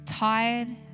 tired